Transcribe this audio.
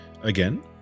again